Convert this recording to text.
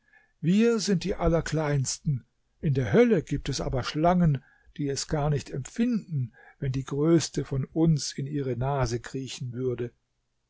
wir sind die allerkleinsten in der hölle gibt es aber schlangen die es gar nicht empfinden wenn die größte von uns in ihre nase kriechen würde